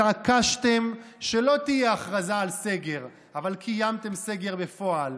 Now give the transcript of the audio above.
התעקשתם שלא תהיה הכרזה על סגר אבל קיימתם סגר בפועל,